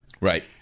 Right